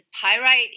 pyrite